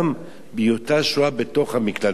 גם בהיותה שוהה בתוך המקלט.